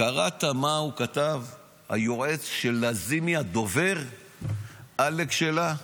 קראת מה הוא כתב היועץ של לזימי, הדובר עלק שלה?